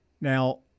now